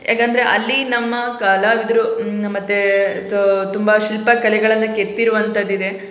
ಯಾಕಂದರೆ ಅಲ್ಲಿ ನಮ್ಮ ಕಲಾವಿದರು ಮತ್ತು ತುಂಬ ಶಿಲ್ಪಕಲೆಗಳನ್ನು ಕೆತ್ತಿರುವಂಥದ್ದಿದೆ